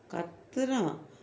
கத்துறான்:kathuraan